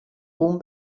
ruhm